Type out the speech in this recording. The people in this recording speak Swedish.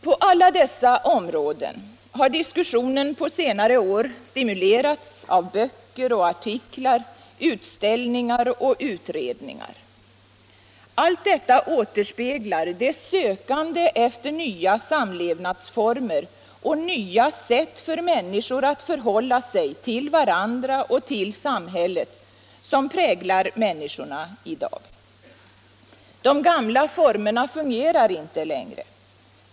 På alla dessa områden har diskussionen under senare år stimulerats av böcker och artiklar, utställningar och utredningar. Allt detta återspeglar det sökande efter nya samlevnadsformer och nya sätt för människor att hålla sig till varandra och till samhället som präglar människorna i dag. De gamla formerna fungerar inte längre.